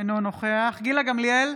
אינו נוכח גילה גמליאל,